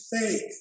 faith